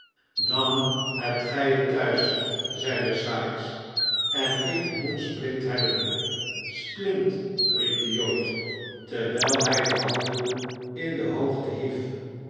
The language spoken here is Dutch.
dan hebt gij het thuis zeide sikes en ik moet splint hebben splint riep de jood terwijl hij de handen in de hoogte hief